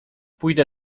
pójdę